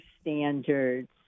standards